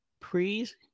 Please